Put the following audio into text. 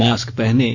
mask पहनें